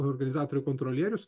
organizatorių kontrolierius